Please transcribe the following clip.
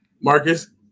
Marcus